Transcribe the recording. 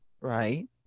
Right